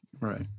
Right